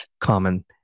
common